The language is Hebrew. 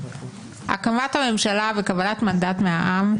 הקמת הממשלה וקבלת מנדט מהעם,